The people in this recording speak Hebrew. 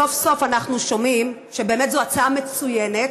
סוף-סוף אנחנו שומעים שבאמת זו הצעה מצוינת,